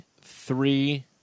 three